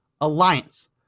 Alliance